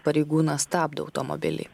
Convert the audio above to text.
pareigūnas stabdo automobilį